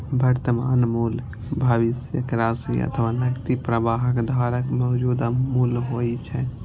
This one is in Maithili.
वर्तमान मूल्य भविष्यक राशि अथवा नकदी प्रवाहक धाराक मौजूदा मूल्य होइ छै